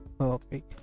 Okay